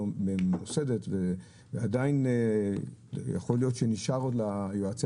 ממוסדת ועדיין יכול להיות שנשאר עוד ליועצי